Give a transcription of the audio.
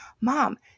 Mom